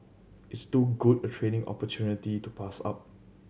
it's too good a training opportunity to pass up